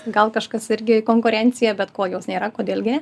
gal kažkas irgi konkurencija bet kol jos nėra kodėl gi ne